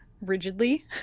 rigidly